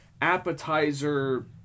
appetizer